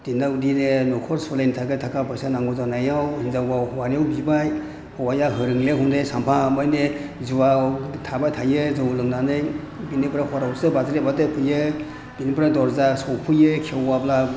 दिनै बिदिनो न'खर सलायनो थाखा फैसानि नांगौ जानायाव हिनजावा हौवानियाव बिबाय हौवाया होनो रोंले सानफा माने जुवायाव थाबाय थायो जौ लोंनानै बेनिफ्राय हरावसो बाज्रे बाथ्रे फैयो बिनिफ्राय दरजा सौफोयो खेवाब्ला